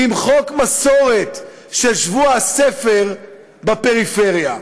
למחוק מסורת של שבוע הספר בפריפריה.